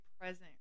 present